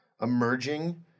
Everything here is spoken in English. emerging